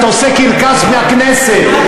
אתה עושה קרקס מהכנסת,